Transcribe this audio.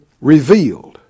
revealed